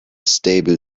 stable